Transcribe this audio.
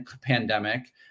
pandemic